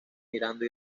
girando